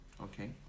okay